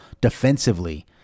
defensively